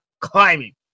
climbing